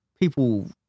people